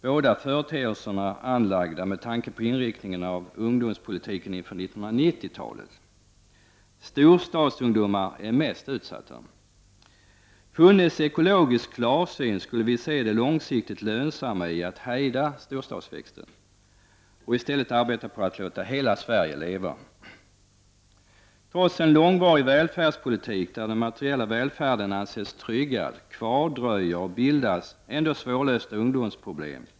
Båda företeelserna är anlagda med tanke på inriktningen av ungdomspolitiken inför 1990-talet. Storstadsungdomar är mest utsatta. Funnes ekologisk klarsyn skulle vi se det långsiktigt lönsamma i att hejda storstadsväxten och i stället arbeta på att låta hela Sverige leva. Trots en långvarig välfärdspolitik, där den materiella välfärden anses tryggad, kvardröjer och bildas ändå svårlösta ungdomsproblem.